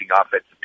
offensive